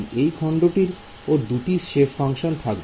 এই খন্ড টির ও দুটি সেপ ফাংশন থাকবে